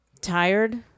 Tired